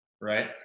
Right